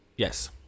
Yes